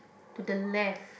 to the left